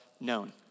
known